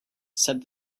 said